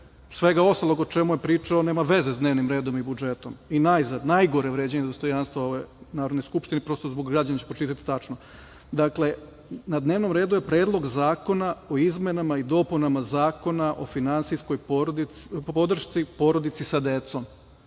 svega ostalog o čemu je pričao, nema veze sa dnevnim redom i budžetom. Najzad, najgore vređanje dostojanstva ove Narodne skupštine i prosto zbog građana ću pročitati tačno. Dakle, na dnevno redu je Predlog Zakona o izmenama i dopunama Zakona o finansijskoj podršci porodici sa decom,